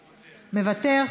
מוותר,